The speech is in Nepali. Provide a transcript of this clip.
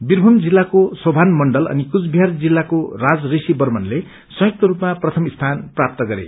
बीरभूम जिल्लाको सोमान मण्डल अनि कुचविहार जिल्लाको राजऋषि बर्मनले संयुक्त रूपमा प्रथम स्वान प्राप्त गरे